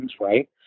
right